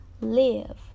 live